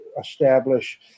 establish